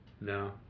No